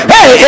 Hey